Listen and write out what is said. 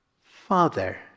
Father